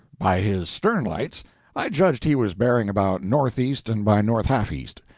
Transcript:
by his stern lights i judged he was bearing about northeast-and-by-north-half-east.